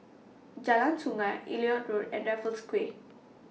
Jalan Sungei Elliot Road and Raffles Quay